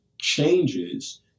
changes